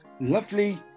lovely